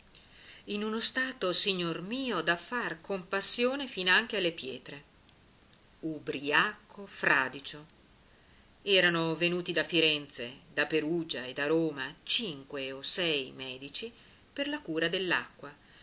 in uno stato signor mio da far compassione finanche alle pietre ubriaco fradicio erano venuti da firenze da perugia e da roma cinque o sei medici per la cura